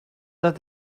that